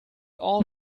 all